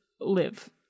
live